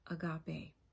agape